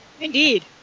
Indeed